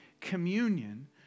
communion